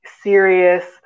serious